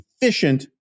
efficient